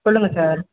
சொல்லுங்கள் சார்